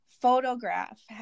photograph